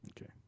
okay